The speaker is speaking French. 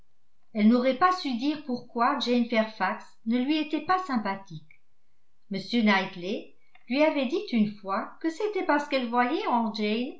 elle n'aurait pas su dire pourquoi jane fairfax ne lui était pas sympathique m knightley lui avait dit une fois que c'était parce qu'elle voyait